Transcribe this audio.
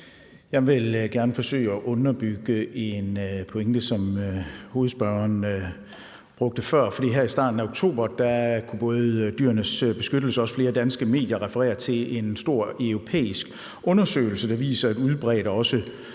Jeg vil gerne forsøge at underbygge en pointe, som hovedspørgeren brugte før, for her i starten af oktober kunne både Dyrenes Beskyttelse og også flere danske medier referere til en stor europæisk undersøgelse, der viser et udbredt og